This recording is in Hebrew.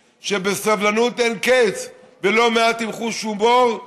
בסבלנות אין קץ ולא מעט עם חוש הומור.